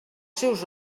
seus